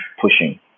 pushing